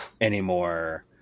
anymore